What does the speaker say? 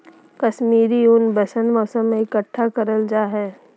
कश्मीरी ऊन वसंत मौसम में इकट्ठा करल जा हय